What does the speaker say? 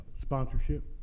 sponsorship